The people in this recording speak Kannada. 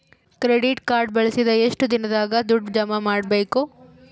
ಕ್ರೆಡಿಟ್ ಕಾರ್ಡ್ ಬಳಸಿದ ಎಷ್ಟು ದಿನದಾಗ ದುಡ್ಡು ಜಮಾ ಮಾಡ್ಬೇಕು?